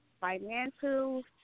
Financial